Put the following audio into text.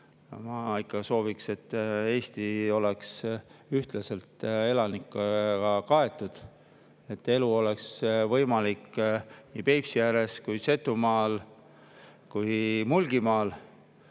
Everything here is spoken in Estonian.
Ma ikka sooviks, et Eesti oleks ühtlaselt elanikega kaetud, et elu oleks võimalik nii Peipsi ääres kui ka Setumaal ja Mulgimaal,